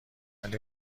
ولی